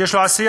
שיש לו עשייה,